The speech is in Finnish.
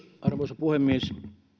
arvoisa puhemies